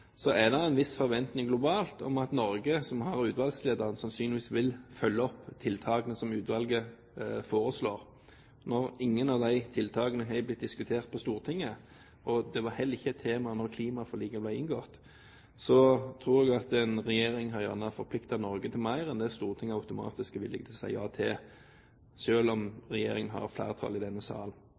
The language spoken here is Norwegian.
er det en viss forventning globalt at Norge, som har utvalgslederen, sannsynligvis vil følge opp tiltakene som utvalget foreslår. Når ingen av disse tiltakene har blitt diskutert på Stortinget, og det heller ikke var et tema da klimaforliket ble inngått, tror jeg at denne regjering gjerne har forpliktet Norge til mer enn det Stortinget automatisk er villig til å si ja til, selv om regjeringen har flertall i denne